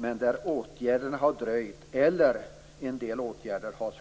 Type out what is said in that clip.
Men åtgärderna har dröjt, och en del åtgärder har